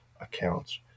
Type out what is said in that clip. accounts